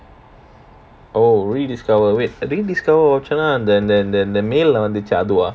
oh rediscover wait I think rediscover voucher அந்த அந்த மேல வந்திச்சி:antha antha meala vanthichi lah அதுவா:athuwa